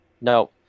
No